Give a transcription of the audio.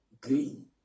Green